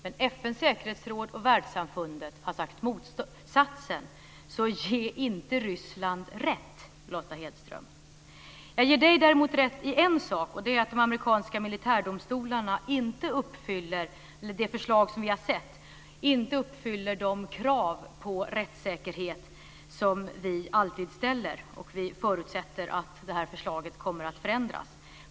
Men FN:s säkerhetsråd och världssamfundet har hävdat motsatsen. Så ge inte Ryssland rätt, Lotta Hedström! Jag ger däremot Lotta Hedström rätt i en sak, och det är att det förslag som vi har sett när det gäller de amerikanska militärdomstolarna inte uppfyller de krav på rättssäkerhet som vi alltid ställer. Vi förutsätter att förslaget kommer att förändras.